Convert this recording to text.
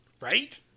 right